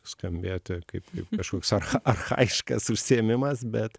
skambėti kaip kaip kažkoks archa archajiškas užsiėmimas bet